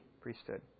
priesthood